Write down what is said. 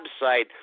website